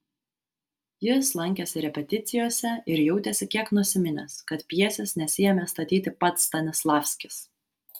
jis lankėsi repeticijose ir jautėsi kiek nusiminęs kad pjesės nesiėmė statyti pats stanislavskis